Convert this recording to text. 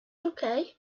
okay